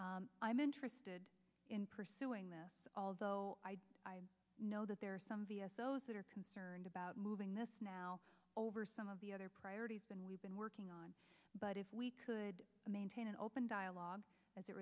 that i'm interested in pursuing that although i do know that there are some vs those that are concerned about moving this now over some of the other priorities and we've been working but if we could maintain an open dialogue as it